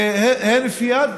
בהינף יד.